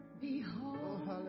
Behold